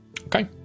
Okay